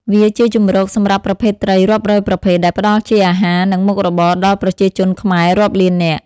វាជាជម្រកសម្រាប់ប្រភេទត្រីរាប់រយប្រភេទ ដែលផ្តល់ជាអាហារ និងមុខរបរដល់ប្រជាជនខ្មែររាប់លាននាក់។